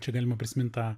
čia galima prisimint tą